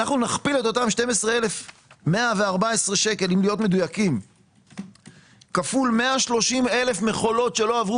נכפיל את אותן 12,114 שקל כפול 130,000 מכולות שלא עברו